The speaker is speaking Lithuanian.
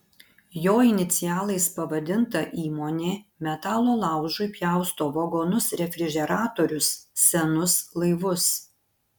jo inicialais pavadinta įmonė metalo laužui pjausto vagonus refrižeratorius senus laivus